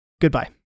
Goodbye